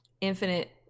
infinite